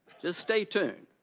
just stay tuned.